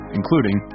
including